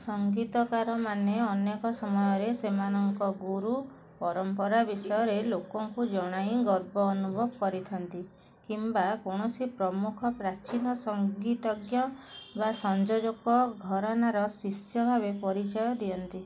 ସଙ୍ଗୀତକାରମାନେ ଅନେକ ସମୟରେ ସେମାନଙ୍କ ଗୁରୁ ପରମ୍ପରା ବିଷୟରେ ଲୋକଙ୍କୁ ଜଣାଇ ଗର୍ବ ଅନୁଭବ କରିଥାନ୍ତି କିମ୍ବା କୌଣସି ପ୍ରମୁଖ ପ୍ରାଚୀନ ସଙ୍ଗୀତଜ୍ଞ ବା ସଂଯୋଜକ ଘରାନାର ଶିଷ୍ୟ ଭାବେ ପରିଚୟ ଦିଅନ୍ତି